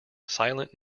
silent